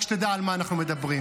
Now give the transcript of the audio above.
רק שתדע על מה אנחנו מדברים.